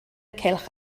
cylch